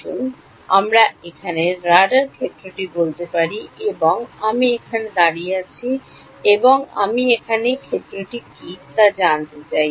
আসুন আমরা এখানে রাডার ক্ষেত্রটি বলতে পারি এবং আমি এখানে দাঁড়িয়ে আছি এবং আমি এখানে ক্ষেত্রটি কী তা জানতে চাই